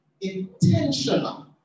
intentional